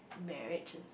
marriages